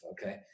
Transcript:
okay